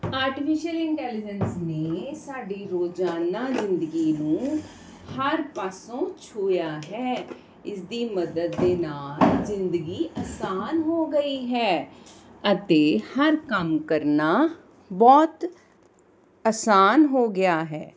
artificial intelligence ਨੇ ਸਾਡੀ ਰੋਜ਼ਾਨਾ ਜਿੰਦਗੀ ਨੂੰ ਹਰ ਪਾਸੋਂ ਛੂਹਿਆ ਹੈ ਇਸਦੀ ਮਦਦ ਦੇ ਨਾਲ ਜ਼ਿੰਦਗੀ ਆਸਾਨ ਹੋ ਗਈ ਹੈ ਅਤੇ ਹਰ ਕੰਮ ਕਰਨਾ ਬਹੁਤ ਆਸਾਨ ਹੋ ਗਿਆ ਹੈ